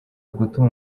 gutuma